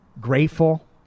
grateful